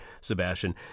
Sebastian